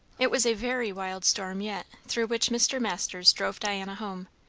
it was a very wild storm yet through which mr. masters drove diana home.